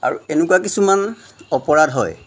আৰু এনেকুৱা কিছুমান অপৰাধ হয়